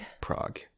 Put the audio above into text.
Prague